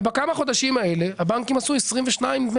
ובכמה חודשים האלה הבנקים עשו 22 נדמה